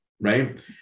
right